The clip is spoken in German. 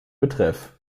betreff